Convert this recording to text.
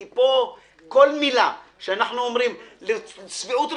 כי פה כל מילה שאנחנו אומרים "לשביעות רצונו"